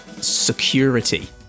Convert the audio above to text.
security